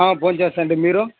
భోం చేస్తు ఉంటి మీరు